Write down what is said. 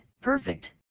perfect